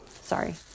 sorry